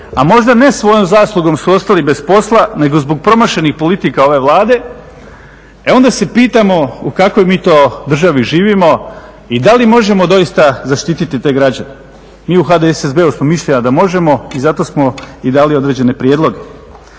a možda ne svojom zaslugom su ostali bez posla, nego zbog promašenih politika ove Vlade e onda se pitamo u kakvoj mi to državi živimo i da li možemo doista zaštititi te građane. Mi u HDSSB-u smo mišljenja da možemo i zato smo i dali određene prijedloge.